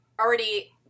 already